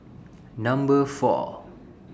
Number four